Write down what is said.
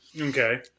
Okay